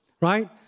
right